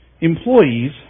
Employees